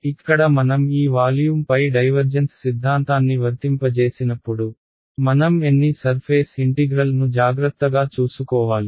ఇక్కడ మనం ఈ వాల్యూమ్పై డైవర్జెన్స్ సిద్ధాంతాన్ని వర్తింపజేసినప్పుడు మనం ఎన్ని సర్ఫేస్ ఇంటిగ్రల్ ను జాగ్రత్తగా చూసుకోవాలి